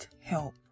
help